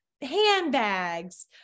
handbags